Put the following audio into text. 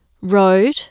Road